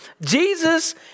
Jesus